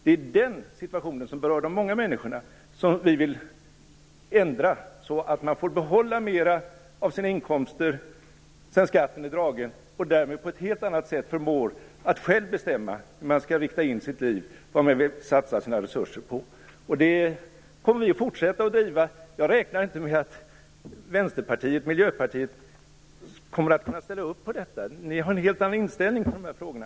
Det är den situationen, som berör de många människorna, som vi vill ändra så att man får behålla mera av sina inkomster sedan skatten är dragen och därmed på ett helt annat sätt förmår att själv bestämma hur man skall rikta in sitt liv och vad man vill satsa sina resurser på. Det kommer vi att fortsätta driva. Jag räknar inte med att Vänsterpartiet och Miljöpartiet kommer att kunna ställa upp på detta - de har en helt annan inställning till de här frågorna.